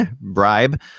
bribe